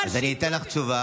מה השאלה?